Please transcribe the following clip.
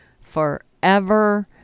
forever